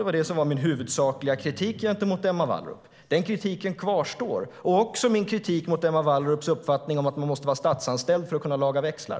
Det var det som var min huvudsakliga kritik mot Emma Wallrup. Den kritiken kvarstår, liksom min kritik mot Emma Wallrups uppfattning att man måste vara statsanställd för att kunna laga växlar.